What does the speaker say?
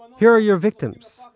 here are your victims!